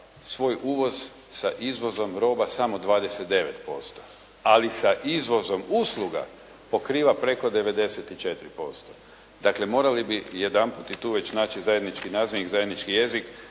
svoj uvoz sa izvozom roba samo 29%. Ali sa izvozom usluga pokriva preko 94%. Dakle, morali bi jedanput i tu već naći zajednički nazivnik, zajednički jezik,